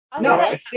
No